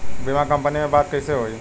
बीमा कंपनी में बात कइसे होई?